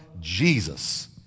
Jesus